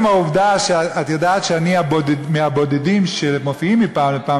עצם העובדה שאת יודעת שאני מהבודדים שמופיעים מפעם לפעם